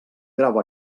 grau